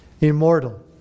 immortal